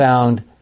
found